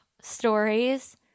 stories